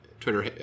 Twitter